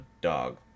dog